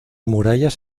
murallas